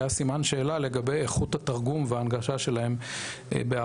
היה סימן שאלה לגבי איכות התרגום וההנגשה שלהם בערבית.